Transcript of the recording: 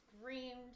screamed